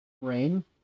Rain